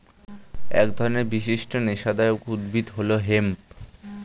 এক ধরনের বিশিষ্ট নেশাদায়ক উদ্ভিদ হল হেম্প